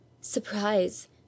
surprise